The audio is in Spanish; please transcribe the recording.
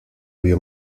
vio